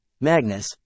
Magnus